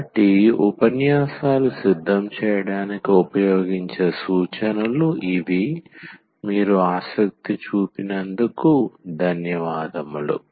కాబట్టి ఉపన్యాసాలు సిద్ధం చేయడానికి ఉపయోగించే సూచనలు ఇవి మీరు ఆసక్తి చూపినందుకు ధన్యవాదములు